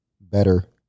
better